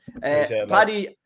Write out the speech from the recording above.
Paddy